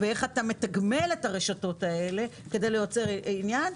איך אתה מתגמל את הרשתות האלה כדי לייצר עניין,